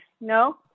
No